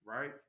Right